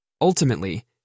Ultimately